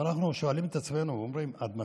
ואנחנו שואלים את עצמנו, ואומרים: עד מתי?